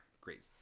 great